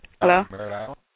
Hello